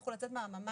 הצליחו לצאת מהממ"ד